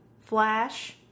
Flash